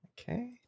Okay